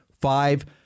Five